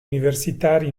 universitari